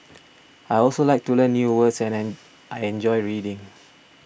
I also like to learn new words and I I enjoy reading